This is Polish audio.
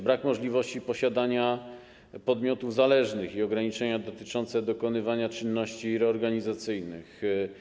Brak możliwości posiadania podmiotów zależnych i ograniczenia dotyczące dokonywania czynności reorganizacyjnych.